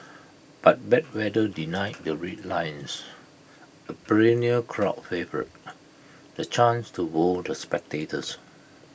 but bad weather denied the Red Lions A perennial crowd favourite the chance to wow the spectators